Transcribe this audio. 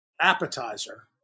appetizer